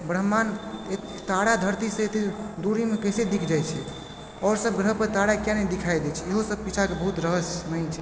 ब्रह्माण्ड तारा धरतीसँ एतेक दूरीमे कैसे दिख जाइत छै आओर सभ ग्रह पर तारा किआ नहि दिखाइ दैत छै ईहोसभ पीछा बहुत रहस्यमयी छै